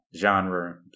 genre